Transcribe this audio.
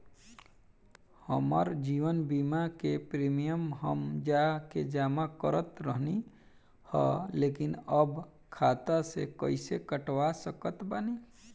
हमार जीवन बीमा के प्रीमीयम हम जा के जमा करत रहनी ह लेकिन अब खाता से कइसे कटवा सकत बानी?